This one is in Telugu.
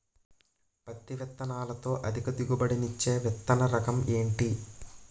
పత్తి విత్తనాలతో అధిక దిగుబడి నిచ్చే విత్తన రకం ఏంటి?